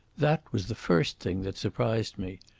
that was the first thing that surprised me.